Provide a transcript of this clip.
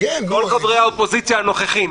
כל חברי האופוזיציה הנוכחים.